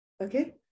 okay